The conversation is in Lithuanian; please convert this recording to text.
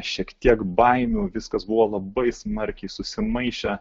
šiek tiek baimių viskas buvo labai smarkiai susimaišę